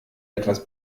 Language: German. etwas